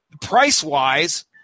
price-wise